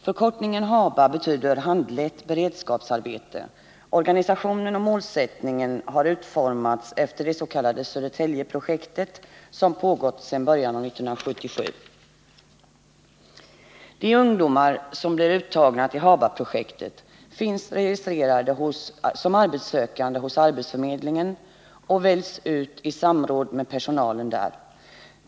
Förkortningen HABA betyder handlett beredskapsarbete. Organisationen och målsättningen har utformats efter det s.k. Södertäljeprojektet, som pågått sedan början av 1977. De ungdomar som blir uttagna till HABA-projektet finns registrerade som arbetssökande hos arbetsförmedlingen och väljs ut i samråd med personalen där.